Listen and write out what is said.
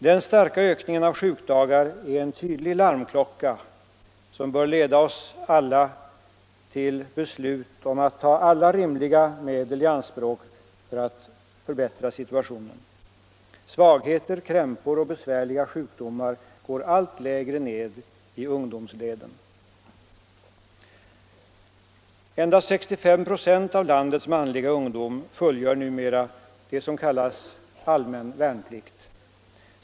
Den starka ökningen av antalet sjukdagar är en tydlig larmsignal, som bör leda oss till att ta alla rimliga medel i anspråk för att förbättra situationen. Svagheter, krämpor och besvärliga sjukdomar går allt längre ned i ungdomsleden. Endast 65 96 av landets manliga ungdom fullgör numera det som kallas allmän värnplikt.